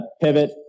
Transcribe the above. pivot